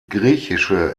griechische